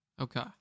Okay